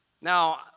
Now